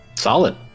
solid